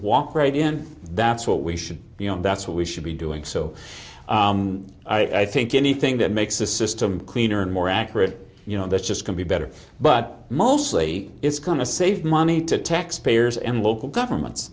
walk right in that's what we should you know that's what we should be doing so i think anything that makes the system cleaner and more accurate you know that's just can be better but mostly it's going to save money to taxpayers and local governments